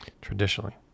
traditionally